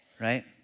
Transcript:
right